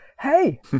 hey